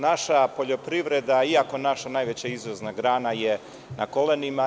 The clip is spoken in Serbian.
Naša poljoprivreda, iako je naša najveća izvozna grana, je na kolenima.